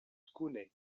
kune